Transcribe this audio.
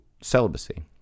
celibacy